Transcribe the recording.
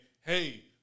hey